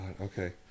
okay